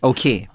Okay